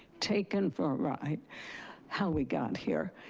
taken for a ride how we got here.